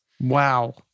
Wow